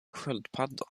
sköldpadda